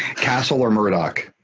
castle or murdock?